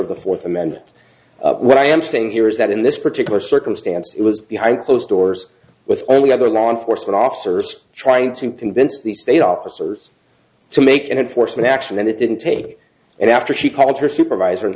of the fourth amendment what i am saying here is that in this particular circumstance it was behind closed doors with only other law enforcement officers trying to convince the state officers to make enforcement action and it didn't take and after she called her supervisor and